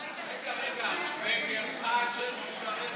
ראית את הקרקס שהיה פה קודם?